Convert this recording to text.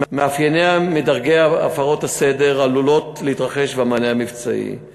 מאפייני מדרגי הפרות הסדר העלולות להתרחש והמענה המבצעי להן.